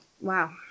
wow